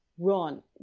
run